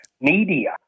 media